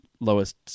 lowest